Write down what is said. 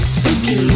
Spooky